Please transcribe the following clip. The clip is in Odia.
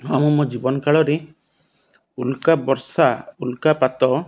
ହଁ ମୁଁ ମୋ ଜୀବନ କାଳରେ ଉଲ୍କା ବର୍ଷା ଉଲ୍କାପାତ